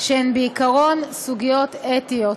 שהן בעיקרון סוגיות אתיות.